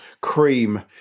Cream